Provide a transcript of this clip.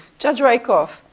judge rakoff,